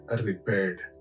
repaired